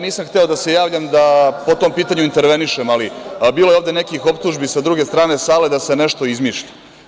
Nisam hteo da se javljam da po tom pitanju intervenišem, ali bilo je ovde nekih optužbi sa druge strane sale da se nešto izmišlja.